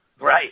Right